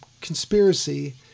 conspiracy